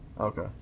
Okay